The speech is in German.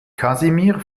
kasimir